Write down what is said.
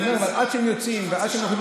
אני אומר עד שהם יוצאים ועד שהם הולכים,